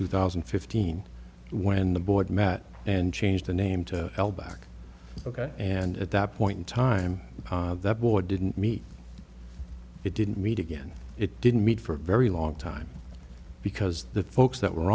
two thousand and fifteen when the board met and changed the name to hell back ok and at that point in time that war didn't meet it didn't meet again it didn't meet for a very long time because the folks that were